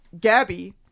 Gabby